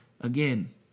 again